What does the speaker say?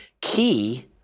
key